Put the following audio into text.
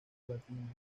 platino